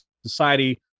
society